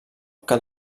que